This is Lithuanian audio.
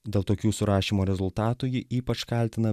dėl tokių surašymo rezultatų ji ypač kaltina